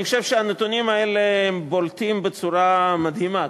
אני חושב שהנתונים האלה בולטים בצורה מדהימה,